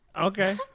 okay